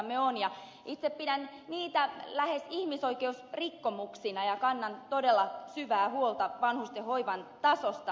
itse pidän niitä lähes ihmisoikeusrikkomuksina ja kannan todella syvää huolta vanhustenhoivan tasosta